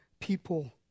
people